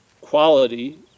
quality